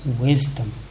wisdom